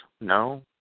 No